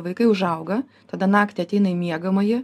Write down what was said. vaikai užauga tada naktį ateina į miegamąjį